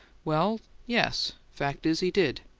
well, yes. fact is, he did.